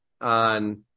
on